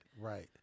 Right